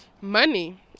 money